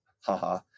haha